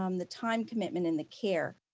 um the time commitment and the care.